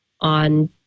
on